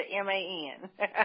M-A-N